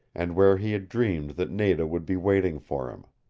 and where he had dreamed that nada would be waiting for him.